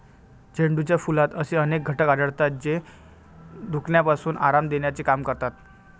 झेंडूच्या फुलात असे अनेक घटक आढळतात, जे दुखण्यापासून आराम देण्याचे काम करतात